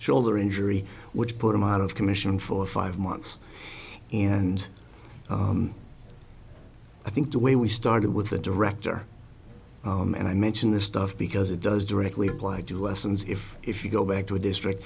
shoulder injury which put him out of commission for five months and i think the way we started with the director and i mention this stuff because it does directly apply to lessons if if you go back to a district